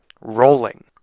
rolling